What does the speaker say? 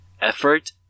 effort